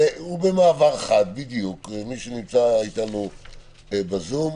ובמעבר חד, מי שנמצא אתנו בזום,